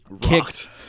kicked